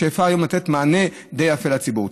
ומאפשר היום לתת מענה די יפה לציבור.